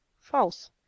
false